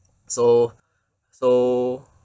so so